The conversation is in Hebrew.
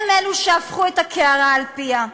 הם אלו שהפכו את הקערה על פיה,